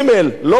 לא פה.